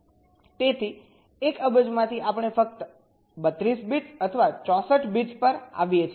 તેથી 1 અબજમાંથી આપણે ફક્ત 32 બિટ્સ અથવા 64 બિટ્સ પર આવીએ છીએ